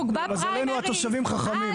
למזלנו, התושבים חכמים.